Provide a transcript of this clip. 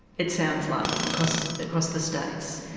it sounds like, across across the states.